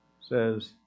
Says